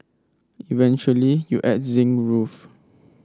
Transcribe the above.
eventually you add the zinc roof